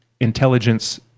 intelligence